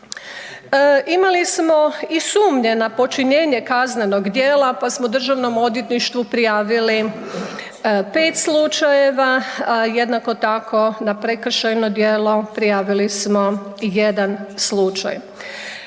Imali smo i sumnje na počinjenje kaznenog djela pa smo Državnom odvjetništvu prijavili 5 slučajeva, jednako tako na prekršajno djelo prijavili smo 1 slučaj.